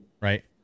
Right